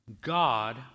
god